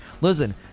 Listen